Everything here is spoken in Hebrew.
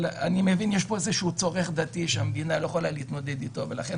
יש פה איזשהו צורך דתי שהמדינה לא יכולה להתמודד אתו ולכן